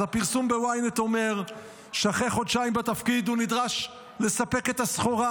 אז הפרסום ב-ynet אומר שאחרי חודשיים בתפקיד הוא נדרש לספק את הסחורה.